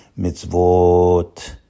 mitzvot